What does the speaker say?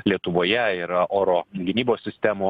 lietuvoje yra oro gynybos sistemų